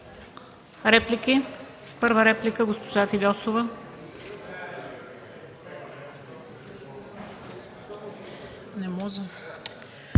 Реплики? Първа реплика – госпожа Фидосова.